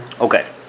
Okay